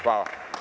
Hvala.